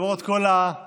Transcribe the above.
למרות כל האמוציות,